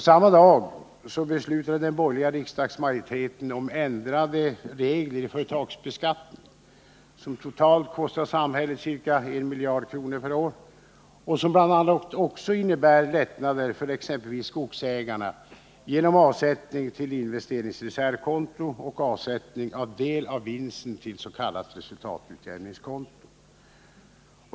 Samma dag beslutade den borgerliga riksdagsmajoriten om ändrade regler i företagsbeskattningen, som totalt kostar samhället ca 1 miljard kronor per år, och som bl.a. även innebär lättnader för skogsägarna genom avsättning till investeringsreservkonto och avsättning av del av vinsten till s.k. resultatutjämningskonto.